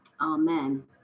Amen